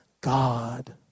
God